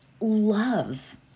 love